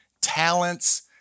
talents